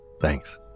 Thanks